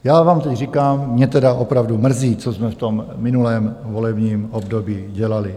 Já vám teď říkám, mě tedy opravdu mrzí, co jsme v tom minulém volebním období dělali.